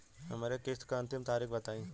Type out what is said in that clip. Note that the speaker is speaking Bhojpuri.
हमरे किस्त क अंतिम तारीख बताईं?